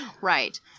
Right